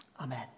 Amen